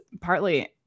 partly